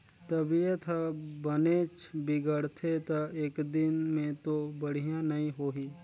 तबीयत ह बनेच बिगड़गे त एकदिन में तो बड़िहा नई होही